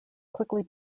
quickly